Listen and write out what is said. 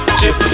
chip